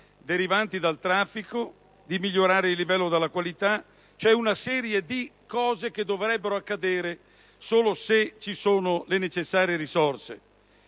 derivanti dal traffico e di migliorare il livello della qualità, cioè una serie di cose che potrebbero accadere solo se ci sono le necessarie risorse.